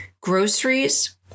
groceries